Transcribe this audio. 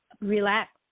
relax